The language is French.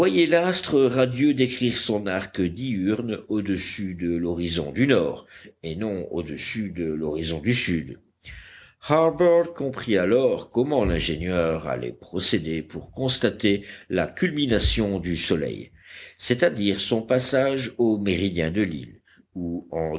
l'astre radieux décrire son arc diurne au-dessus de l'horizon du nord et non au-dessus de l'horizon du sud harbert comprit alors comment l'ingénieur allait procéder pour constater la culmination du soleil c'est-à-dire son passage au méridien de l'île ou en